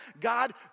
God